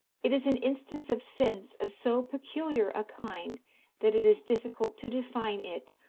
it is an instance of sense of so peculiar a kind that it is difficult to define it,